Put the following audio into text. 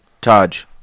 Taj